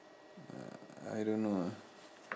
uh I don't know ah